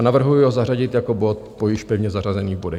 Navrhuji ho zařadit jako bod po již pevně zařazených bodech.